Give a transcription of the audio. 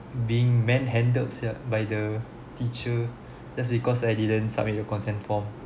being manhandled [sial] by the teacher just because I didn't submit your consent form